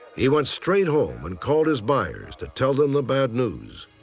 he went straight home and called his buyers to tell them the bad news.